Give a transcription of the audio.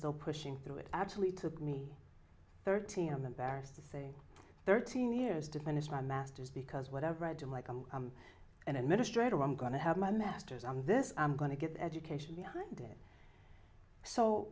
still pushing through it actually took me thirteen i'm embarrassed to say thirteen years to finish my masters because whatever i do like i'm i'm an administrator i'm going to have my masters and this i'm going to get education behind it so